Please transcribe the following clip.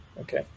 Okay